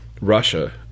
russia